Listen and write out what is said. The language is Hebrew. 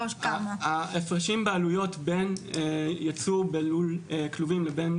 ההפרשים בעלויות בין יצוא בלול כלובים לבין